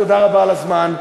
תודה רבה על הזמן,